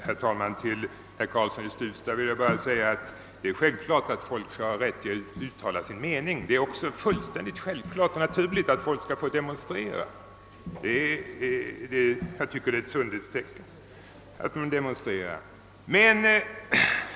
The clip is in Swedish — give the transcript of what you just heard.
Herr talman! Till herr Karlsson i Huddinge vill jag bara säga att det är självklart att människorna skall ha rätt att uttala sin mening. Det är också fullständigt självklart och naturligt att de skall få demonstrera. Jag tycker att det är ett sundhetstecken.